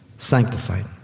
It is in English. Sanctified